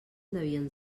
devien